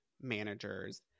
managers